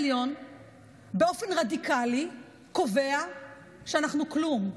באופן רדיקלי בית המשפט העליון קובע שאנחנו כלום.